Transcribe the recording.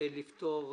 לפתור